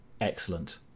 Excellent